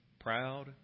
Proud